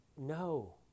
No